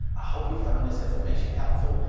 i hope you found this information helpful.